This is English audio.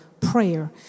prayer